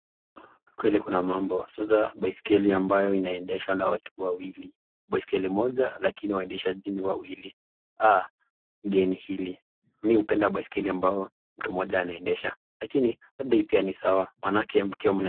Kweli kuna mambo, sasa baiskeli amvayo inaendeshwa na watu wawili. Baiskeli moja lakini waendeshaji ni wawili aa geni hili, mi hupenda baiskeli ambao mtu moja anaendesha lakini labda hii pi ni sawa manake mkiwa mnae.